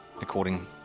according